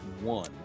one